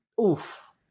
Oof